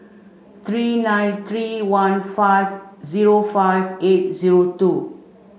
three nine three one five zero five eight zero two